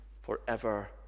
forever